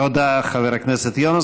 תודה, חבר הכנסת יונס.